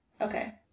Okay